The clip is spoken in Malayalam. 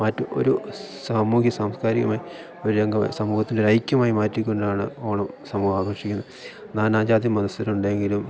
ഒരു സാമൂഹ്യ സാംസ്കാരികമായി ഒരു രംഗ സമൂഹത്തിൻ്റെ ഒരു ഐക്യമായി മാറ്റിക്കൊണ്ടാണ് ഓണം സമൂഹം ആഘോഷിക്കുന്നത് നാനാജാതി മതസ്ഥരുണ്ടെങ്കിലും